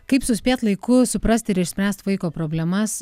kaip suspėt laiku suprast ir išspręst vaiko problemas